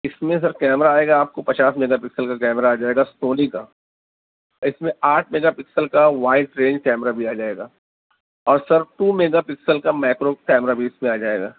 اس میں sir camera آئے گا آپ کو پچاس میگا پکسل کا کیمرا آ جائے گا سونی کا اس میں آٹھ میگا پکسل کا وائڈ رینج کیمرا بھی آ جائے گا اور سر ٹو میگا پکسل کا میکرو کیمرا بھی اس میں آ جائے گا